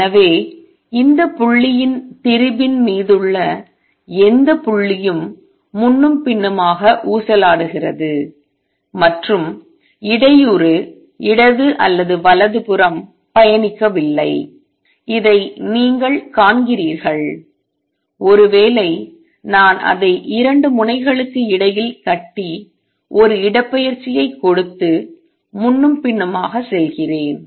எனவே இந்த புள்ளியின் திரிபு ன் மீதுள்ள எந்த புள்ளியும் முன்னும் பின்னுமாக ஊசலாடுகிறது மற்றும் இடையூறு இடது அல்லது வலதுபுறம் பயணிக்கவில்லை இதை நீங்கள் காண்கிறீர்கள் ஒருவேளை நான் அதை 2 முனைகளுக்கு இடையில் கட்டி ஒரு இடப்பெயர்ச்சியைக் கொடுத்து முன்னும் பின்னுமாக செல்கிறேன்